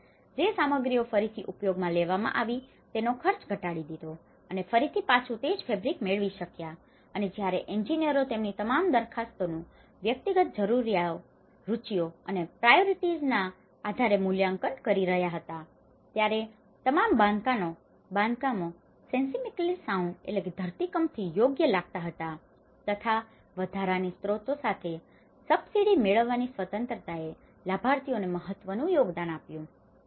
અને જે સામગ્રીઓ ફરીથી ઉપયોગમાં લેવામાં આવી હતી તેનો ખર્ચ ઘટાડી દીધો અને ફરીથી પાછું તે જ ફેબ્રિક મેળવી શક્યા અને જ્યારે એન્જિનિયરો તેમની તમામ દરખાસ્તોનું વ્યક્તિગત જરૂરિયાતો રુચિઓ અને પ્રાયોરિટીઝના priorities અગ્રતા આધારે મૂલ્યાંકન કરી રહ્યા હતા ત્યારે તમામ બાંધકામો સેસ્મીકલી સાઉન્ડ seismically sound ધરતીકંપથી યોગ્ય લાગતાં હતા તથા વધારાની સ્રોતો સાથે સબસિડી મેળવવાની સ્વતંત્રતાએ લાભાર્થીઓને મહત્વનું યોગદાન આપ્યું હતું